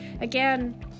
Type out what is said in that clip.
again